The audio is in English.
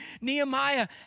Nehemiah